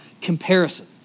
comparison